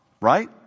right